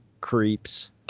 creeps